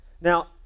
Now